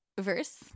verse